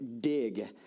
Dig